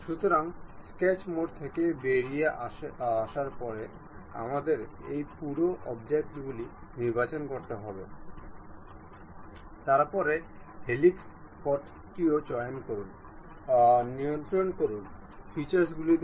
সুতরাং আসুন আমরা কেবল এটিকে ফ্লোটিং করে তুলি এবং এটি ফিক্স করি